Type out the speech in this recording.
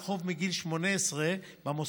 אני מזמין אותך לדוכן.